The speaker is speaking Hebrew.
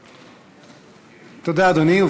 תודה, אדוני.